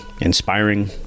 inspiring